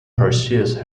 pursues